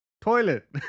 toilet